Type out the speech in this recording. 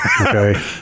Okay